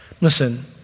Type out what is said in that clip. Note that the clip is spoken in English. Listen